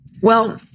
Well-